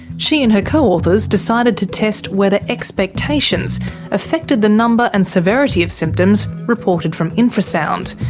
she and her co-authors decided to test whether expectations affected the number and severity of symptoms reported from infrasound,